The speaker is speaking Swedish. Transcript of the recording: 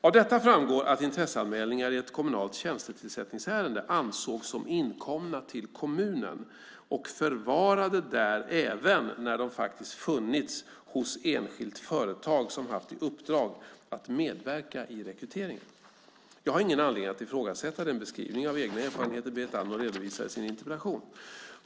Av detta framgår att intresseanmälningar i ett kommunalt tjänstetillsättningsärende ansågs som inkomna till kommunen och förvarade där även när de faktiskt funnits hos enskilt företag som haft i uppdrag att medverka i rekryteringen. Jag har ingen anledning att ifrågasätta den beskrivning av egna erfarenheter Berit Andnor redovisar i sin interpellation.